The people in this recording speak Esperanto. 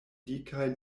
dikaj